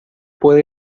puede